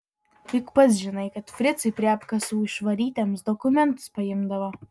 juk pats žinai kad fricai prie apkasų išvarytiems dokumentus paimdavo